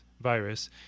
virus